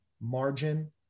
margin